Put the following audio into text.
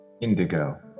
indigo